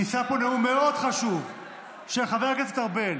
נישא פה נאום מאוד חשוב של חבר הכנסת ארבל